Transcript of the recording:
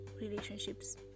relationships